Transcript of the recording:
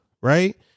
right